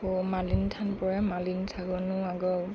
আকৌ মালিনী থান পৰে মালিনী থানো আকৌ